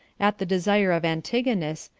at the desire of antigonus,